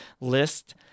list